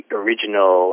original